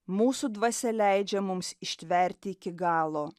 mūsų dvasia leidžia mums ištvert iki galo